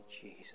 Jesus